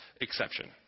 Exception